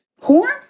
Horn